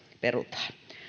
perutaan